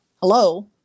Hello